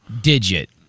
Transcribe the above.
digit